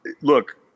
look